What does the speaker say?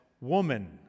woman